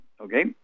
okay